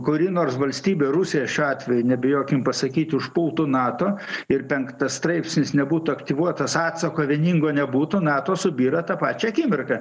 kuri nors valstybė rusija šiuo atveju nebijokim pasakyt užpultų nato ir penktas straipsnis nebūtų aktyvuotas atsako vieningo nebūtų nato subyra tą pačią akimirką